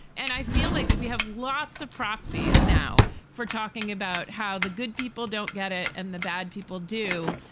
and i feel like that we have lots of proxy. it's now for talking about how the good people don't get it and the bad people do.